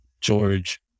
George